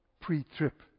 pre-trip